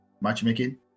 matchmaking